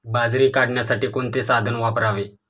बाजरी काढण्यासाठी कोणते साधन वापरावे?